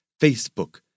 Facebook